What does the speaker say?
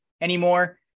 anymore